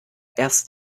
erst